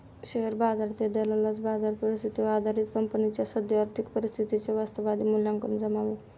share बाजारातील दलालास बाजार परिस्थितीवर आधारित कंपनीच्या सद्य आर्थिक परिस्थितीचे वास्तववादी मूल्यांकन जमावे